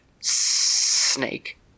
snake